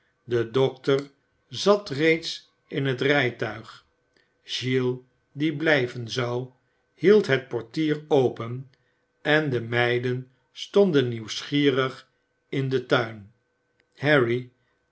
de dokter zat reeds in het rijtuig giles die blijven zou hield het portier open en de meiden stonden nieuwsgierig in den tuin harry